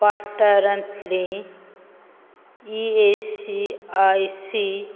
वाठारांतली E S I C